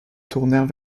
tournèrent